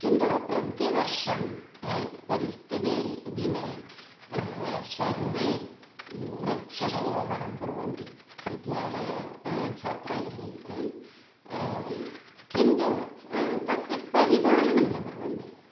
किन्तु प्रतिवर्षं परिस्थितिः दिने वयं सर्वे वृक्ष आरोपणं कुर्वन्ति विद्यालये छात्रैः किन्तु तस्य परिपालनं न कुर्वन्ति